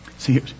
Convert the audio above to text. See